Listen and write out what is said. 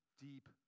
deep